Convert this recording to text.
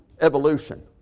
evolution